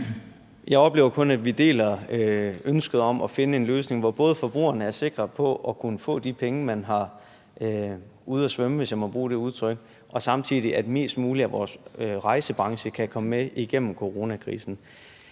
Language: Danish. Jeg oplever kun, at vi deler ønsket om at finde en løsning, hvor forbrugerne er sikre på at kunne få de penge, de har ude at svømme – hvis jeg må bruge det udtryk – samtidig med at flest mulige i rejsebranchen kan komme med igennem coronakrisen.